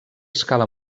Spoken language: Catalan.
escala